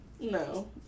No